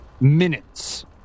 minutes